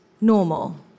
normal